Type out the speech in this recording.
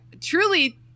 Truly